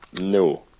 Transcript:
No